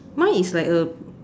mine is like a